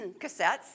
cassettes